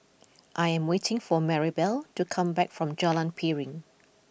I am waiting for Marybelle to come back from Jalan Piring